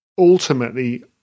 ultimately